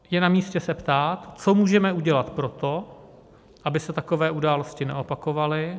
Je namístě se ptát, co můžeme udělat pro to, aby se takové události neopakovaly.